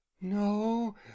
no